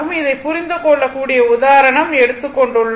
இதை புரிந்து கொள்ளக்கூடிய உதாரணம் எடுத்தது கொண்டுள்ளோம்